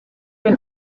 been